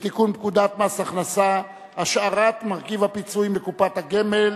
לתיקון פקודת מס הכנסה (השארת מרכיב הפיצויים בקופת הגמל).